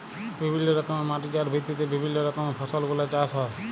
বিভিল্য রকমের মাটি যার ভিত্তিতে বিভিল্য রকমের ফসল গুলা চাষ হ্যয়ে